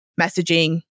messaging